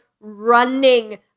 running